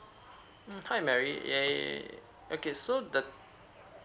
mm hi mary eh okay so the